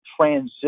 transition